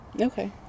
Okay